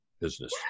business